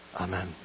amen